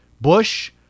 Bush